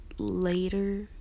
later